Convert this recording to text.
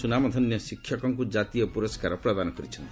ସ୍ୱନାମଧନ୍ୟ ଶିକ୍ଷକଙ୍କୁ ଜାତୀୟ ପ୍ରଦସ୍କାର ପ୍ରଦାନ କରିଛନ୍ତି